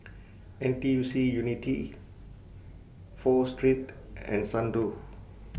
N T U C Unity Pho Street and Xndo